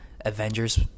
Avengers